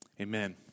amen